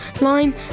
lime